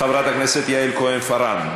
חברת הכנסת יעל כהן-פארן,